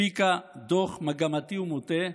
הפיקה דוח מגמתי ומוטעה,